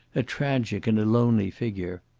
a tragic and a lonely figure.